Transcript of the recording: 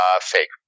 Fake